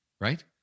right